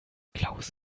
klaus